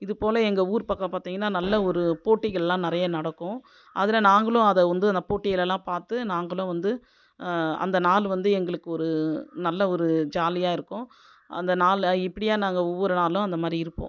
இதுபோல் எங்கள் ஊர் பக்கம் பார்த்தீங்கன்னா நல்ல ஒரு போட்டிங்களெல்லாம் நிறையா நடக்கும் அதில் நாங்களும் அதை வந்து போட்டிகள் எல்லாம் பார்த்து நாங்களும் வந்து அந்த நாள் வந்து எங்களுக்கு ஒரு நல்ல ஒரு ஜாலியாக இருக்கும் அந்த நாள் இப்படியாக நாங்கள் ஒவ்வொரு நாளும் அந்த மாதிரி இருப்போம்